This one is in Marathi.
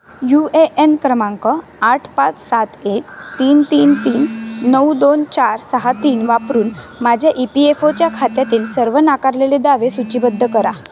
यू ए एन क्रमांक आठ पाच सात एक तीन तीन तीन नऊ दोन चार सहा तीन वापरून माझ्या ई पी एफ ओच्या खात्यातील सर्व नाकारलेले दावे सूचिबद्ध करा